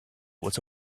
what